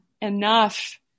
enough